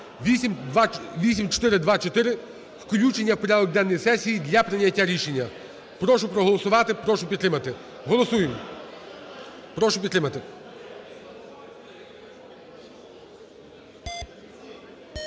8424 включення в порядок денний сесії для прийняття рішення. Прошу проголосувати, прошу підтримати. Голосуємо. Прошу підтримати.